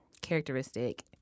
characteristic